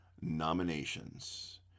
nominations